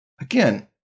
again